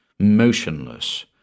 Motionless